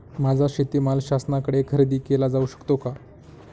माझा शेतीमाल शासनाकडे खरेदी केला जाऊ शकतो का?